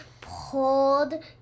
pulled